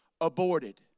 aborted